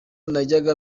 najyaga